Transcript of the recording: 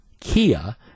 Kia